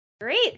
Great